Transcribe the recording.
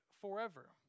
forever